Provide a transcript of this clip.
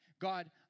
God